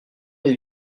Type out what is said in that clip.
est